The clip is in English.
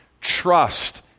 trust